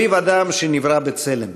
"חביב אדם שנברא בצלם".